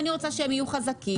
אני רוצה שהם יהיו חזקים,